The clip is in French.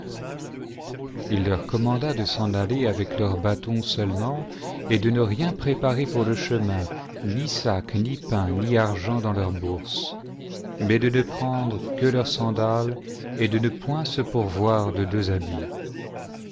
il leur commanda de s'en aller avec leur bâton seulement et de ne rien préparer pour le chemin ni sac ni pain ni argent dans leurs bourses mais de ne prendre que leurs sandales et dee point se pourvoir de deux habits